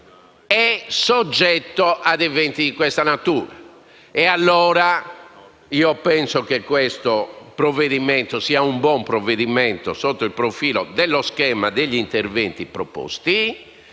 è soggetto a eventi di questa natura. Penso, allora, che questo sia un buon provvedimento sotto il profilo dello schema degli interventi proposti,